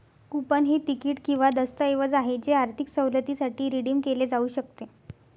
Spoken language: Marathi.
कूपन हे तिकीट किंवा दस्तऐवज आहे जे आर्थिक सवलतीसाठी रिडीम केले जाऊ शकते